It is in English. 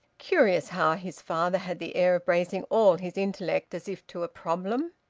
curious, how his father had the air of bracing all his intellect as if to a problem!